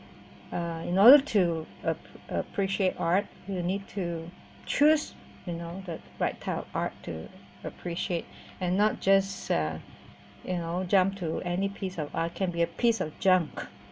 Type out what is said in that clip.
uh in order to a~ appreciate art you need to choose you know the right type of art to appreciate and not just uh you know jump to any piece of art can be a piece of junk